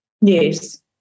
Yes